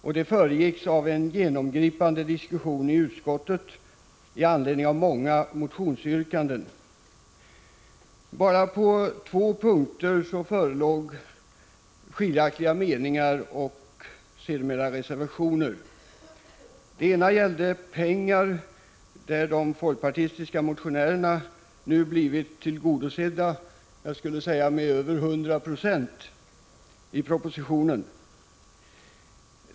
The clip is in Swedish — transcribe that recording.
Debatten föregicks av en genomgripande diskussion i utskottet med anledning av många motionsyrkanden. På bara två punkter förelåg det skiljaktiga meningar och sedermera reservationer. Den ena gällde pengar, och de folkpartistiska motionärernas krav har i den nu aktuella propositionen blivit tillgodosett med över 100 96.